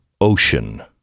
ocean